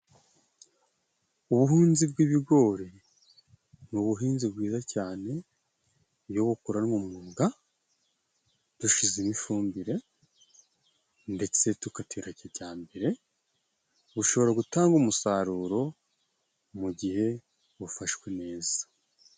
Ubuhunzi bw'ibigori ni ubuhinzi bwiza cyane iyo bukoranywe umwuga. Dushizeho ifumbire ndetse tugatera kijyambere, bushobora gutanga umusaruro mu gihe bufashwe neza.